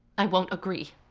i won't agree.